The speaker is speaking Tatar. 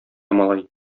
малай